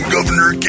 Governor